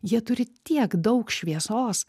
jie turi tiek daug šviesos